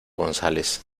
gonzález